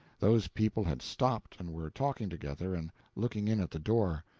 those people had stopped, and were talking together and looking in at the door.